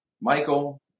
Michael